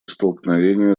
столкновения